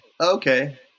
Okay